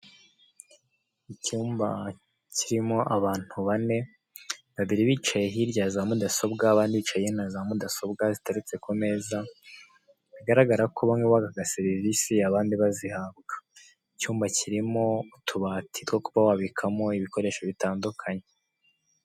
Icymba kirimo abantu bane, babiri bicaye huirya ya za mudasobwa abandi bicaye hino ya za mudasobwa ziteretse ku meza, bigaragara ko bamwe bakaga serivise abandi bazihabwa, icyumba kirimo utubati two kuba wabikamo ibikoresho bitandukanye.